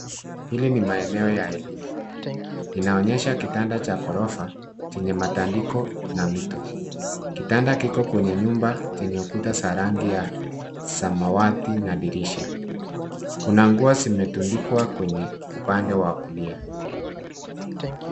Hili ni maeneo ya elimu. Inaonyesha kitanda cha ghorofa chenye matandiko na mito. Kitanda kiko kwenye nyumba chenye ukuta za rangi ya samawati na dirisha. Kuna nguo zimetundikwa kwenye upande wa kulia.